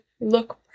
look